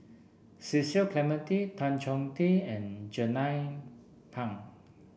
Cecil Clementi Tan Chong Tee and Jernnine Pang